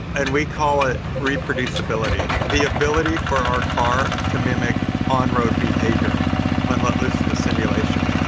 and we call it reproducibility, the ability for our car to mimic on road behavior and let loose in the simulation.